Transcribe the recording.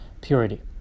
purity